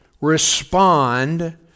respond